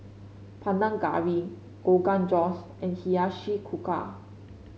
Panang Curry Rogan Josh and Hiyashi Chuka